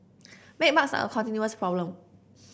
bedbugs are a continuous problem